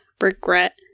regret